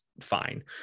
fine